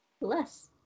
Less